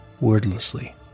wordlessly